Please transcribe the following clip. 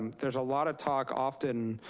there's a lot of talk often,